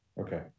Okay